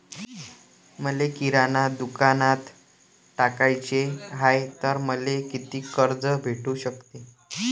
मले किराणा दुकानात टाकाचे हाय तर मले कितीक कर्ज भेटू सकते?